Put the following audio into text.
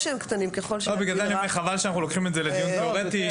לכן אני אומר שחבל שאנחנו לוקחים את זה לדיון תיאורטי.